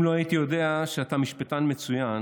אם לא הייתי יודע שאתה משפטן מצוין,